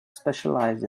specialised